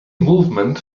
movement